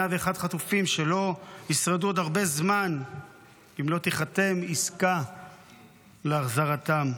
101 חטופים שלא ישרדו עוד הרבה זמן אם לא תיחתם עסקה להחזרתם.